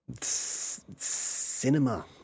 cinema